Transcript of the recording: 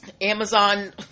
Amazon